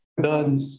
done